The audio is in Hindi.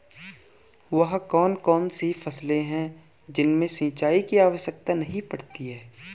वह कौन कौन सी फसलें हैं जिनमें सिंचाई की आवश्यकता नहीं है?